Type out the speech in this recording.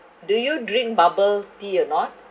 do you drink bubble tea or not